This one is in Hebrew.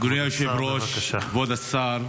אדוני היושב-ראש, כבוד השר,